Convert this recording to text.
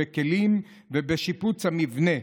בכלים ובשיפוץ המבנה.